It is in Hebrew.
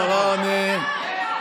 נרצח אזרח ערבי בלוד.